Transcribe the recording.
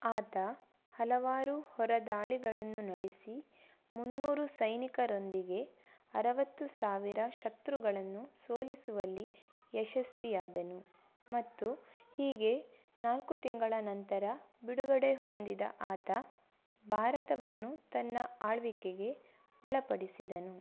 ಆತ ಹಲವಾರು ಹೊರದಾಳಿಗಳನ್ನು ನಡೆಸಿ ಮುನ್ನೂರು ಸೈನಿಕರೊಂದಿಗೆ ಅರುವತ್ತು ಸಾವಿರ ಶತ್ರುಗಳನ್ನು ಸೋಲಿಸುವಲ್ಲಿ ಯಶಸ್ವಿಯಾದನು ಮತ್ತು ಹೀಗೆ ನಾಲ್ಕು ತಿಂಗಳ ನಂತರ ಬಿಡುಗಡೆ ಹೊಂದಿದ ಆತ ಭಾರತವನ್ನು ತನ್ನ ಆಳ್ವಿಕೆಗೆ ಒಳಪಡಿಸಿದನು